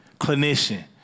clinician